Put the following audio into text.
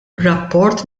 rapport